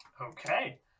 Okay